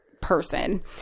person